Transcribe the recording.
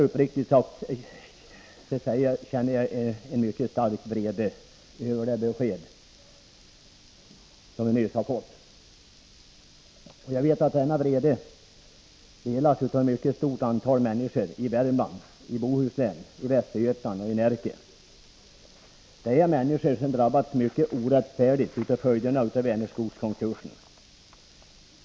Uppriktigt sagt känner jag en mycket stark vrede över det besked som vi nyss har fått, och jag vet att denna vrede delas av ett mycket stort antal människor i Värmland, Bohuslän, Västergötland och Närke. Det är människor som drabbas mycket orättfärdigt av följderna av Vänerskogskonkursen.